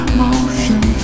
motion